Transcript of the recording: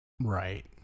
right